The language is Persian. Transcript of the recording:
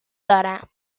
دارم